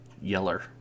Yeller